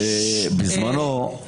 הגונה ובהסכמות כמה שיותר.